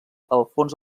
alfons